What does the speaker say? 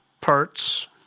parts